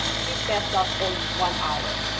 teach that stuff in one hour.